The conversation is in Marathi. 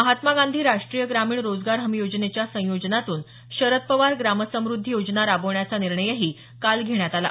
महात्मा गांधी राष्ट्रीय ग्रामीण रोजगार हमी योजनेच्या संयोजनातून शरद पवार ग्रामसमुद्धी योजना राबवण्याचा निर्णयही काल घेण्यात आला